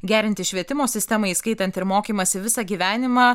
gerinti švietimo sistemą įskaitant ir mokymąsi visą gyvenimą